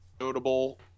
notable